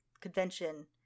convention